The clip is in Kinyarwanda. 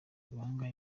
bangahe